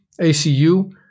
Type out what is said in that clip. ACU